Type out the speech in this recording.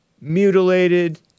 mutilated